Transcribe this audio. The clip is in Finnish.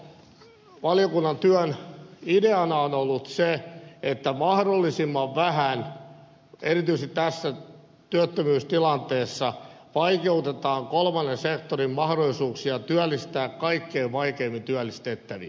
koko valiokunnan työn ideana on ollut se että mahdollisimman vähän erityisesti tässä työttömyystilanteessa vaikeutetaan kolmannen sektorin mahdollisuuksia työllistää kaikkein vaikeimmin työllistettäviä